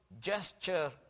gesture